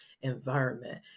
environment